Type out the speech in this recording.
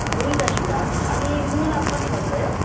हुन्छ दिदी हजुर अनि मुला कति भन्नुभयो